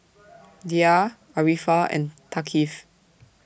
Dhia Arifa and Thaqif